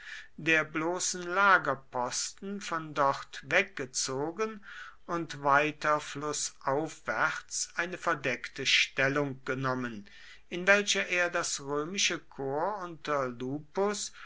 der bloßen lagerposten von dort weggezogen und weiter flußaufwärts eine verdeckte stellung genommen in welcher er das römische korps unter lupus